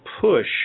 push